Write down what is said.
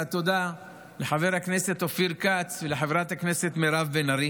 והתודה לחבר הכנסת אופיר כץ ולחברת הכנסת מירב בן ארי,